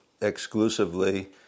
exclusively